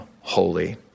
holy